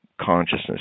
consciousness